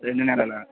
రెండు నెలలా